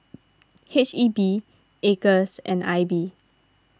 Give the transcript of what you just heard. H E B Acres and I B